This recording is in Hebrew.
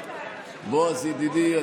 בועז ידידי,